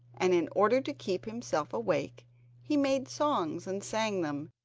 and in order to keep himself awake he made songs and sang them,